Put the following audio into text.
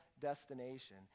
destination